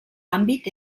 àmbit